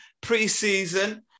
pre-season